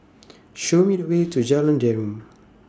Show Me The Way to Jalan Derum